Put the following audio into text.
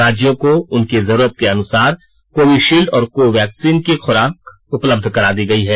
राज्यों को उनकी जरूरत के अनुसार कोविशील्ड और कोवैक्सीन की खुराक उपलब्ध करा दी गई है